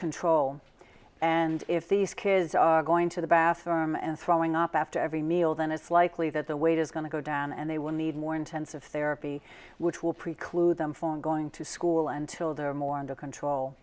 control and if these kids are going to the bathroom and throwing up after every meal then it's likely that the weight is going to go down and they will need more intensive therapy which will preclude them from going to school until they're more under control